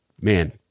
man